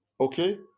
Okay